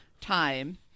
time